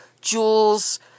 jewels